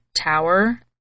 tower